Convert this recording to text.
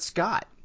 Scott